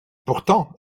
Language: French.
pourtant